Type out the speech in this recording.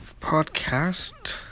podcast